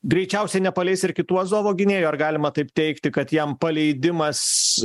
greičiausiai nepaleis ir kitų azovo gynėjų ar galima taip teigti kad jam paleidimas